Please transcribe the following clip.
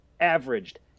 averaged